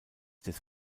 des